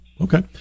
Okay